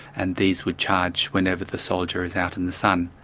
and these would charge whenever the soldier is out in the sun.